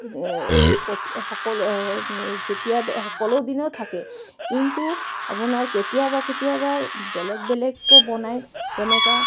সকল কেতিয়াবা সকলো দিনো থাকে কিন্তু আপোনাৰ কেতিয়াবা কেতিয়াবা বেলেগ বেলেগকো বনায় যেনেকৈ